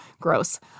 Gross